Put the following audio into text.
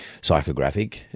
psychographic